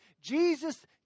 Jesus